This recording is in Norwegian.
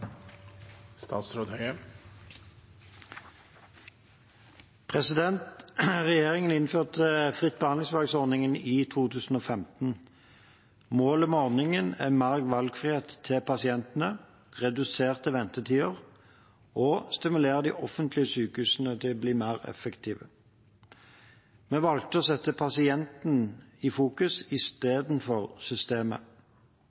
mer valgfrihet for pasientene, reduserte ventetider og å stimulere de offentlige sykehusene til å bli mer effektive. Vi valgte å sette pasienten i fokus